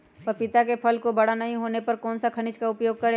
पपीता के फल को बड़ा नहीं होने पर कौन सा खनिज का उपयोग करें?